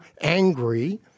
angry